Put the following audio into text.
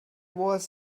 was